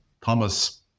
Thomas